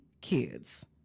kids